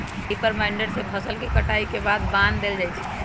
reaper binder से फसल के कटाई के बाद बान देल जाई छई